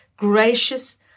gracious